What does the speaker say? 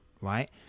right